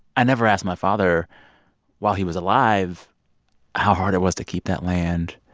i never asked my father while he was alive how hard it was to keep that land,